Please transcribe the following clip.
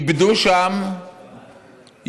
הם איבדו שם ילדים,